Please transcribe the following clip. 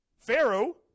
Pharaoh